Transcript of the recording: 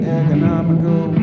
economical